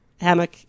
hammock